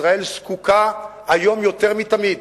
אין ספק שישראל זקוקה היום יותר מתמיד